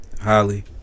Highly